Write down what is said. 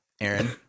Aaron